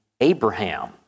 Abraham